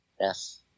Yes